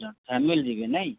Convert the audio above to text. family ଯିବେ ନାଇ